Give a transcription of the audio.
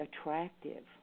attractive